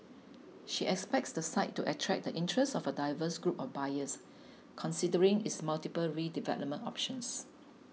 she expects the site to attract the interest of a diverse group of buyers considering its multiple redevelopment options